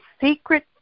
secret